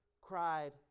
cried